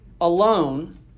alone